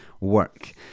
work